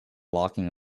locking